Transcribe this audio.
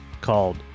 called